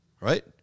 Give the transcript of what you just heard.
right